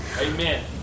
Amen